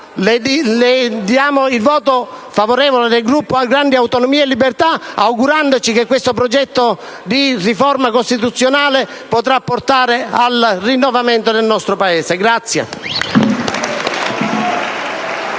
annuncio il voto favorevole del Gruppo Grandi Autonomie e Libertà, augurandoci che questo grande progetto di riforma costituzionale potrà portare al rinnovamento del nostro Paese.